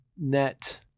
net